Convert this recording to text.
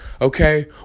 Okay